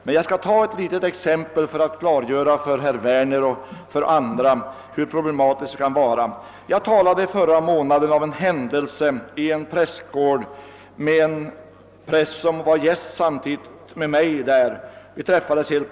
Men jag skali ta ett litet exempel för att klargöra för herr Werner och andra hur problematiskt det kan vara. Jag kom i förra månaden av en händelse att samtidigt med en präst och dennes hustru gästa en prästgård.